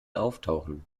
auftauchen